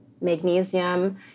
Magnesium